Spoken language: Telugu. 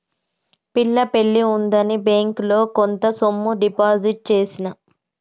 పిల్ల పెళ్లి ఉందని బ్యేంకిలో కొంత సొమ్ము డిపాజిట్ చేసిన